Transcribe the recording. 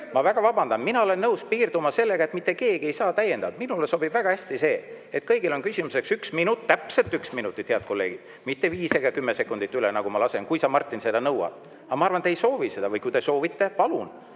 Ma väga vabandan, aga mina olen nõus piirduma sellega, et mitte keegi ei saa täiendavat küsimust. Minule sobib väga hästi see, et kõigil on küsimuseks üks minut – täpselt üks minut, head kolleegid, mitte viis ega kümme sekundit üle, nagu ma lasen –, kui sa, Martin, seda nõuad. Aga ma arvan, et te ei soovi seda, või kui te soovite, siis